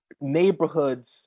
neighborhoods